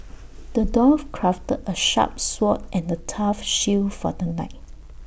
the dwarf crafted A sharp sword and A tough shield for the knight